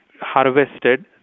harvested